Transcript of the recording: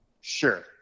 Sure